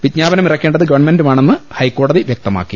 വിജ്ഞാപനം ഇറക്കേണ്ടത് ഗവൺമെന്റുമാണെന്ന് ഹൈക്കോടതി വ്യക്തമാക്കി